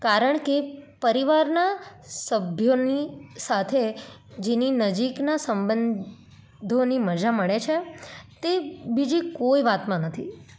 કારણ કે પરિવારના સભ્યોની સાથે જેની નજીકના સંબંધોની મજા મળે છે તે બીજી કોઈ વાતમાં નથી